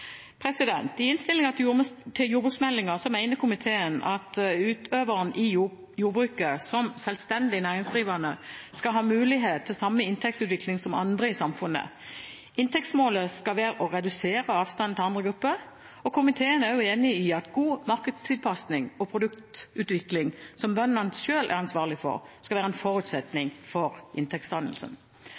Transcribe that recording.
I innstillingen til jordbruksmeldingen mener komiteen at utøverne i jordbruket, som selvstendig næringsdrivende, skal ha mulighet til samme inntektsutvikling som andre i samfunnet. Inntektsmålet skal være å redusere avstanden til andre grupper. Komiteen er også enig i at god markedstilpasning og produktutvikling, som bøndene selv er ansvarlige for, skal være en forutsetning for inntektsdannelsen.